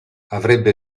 avrebbe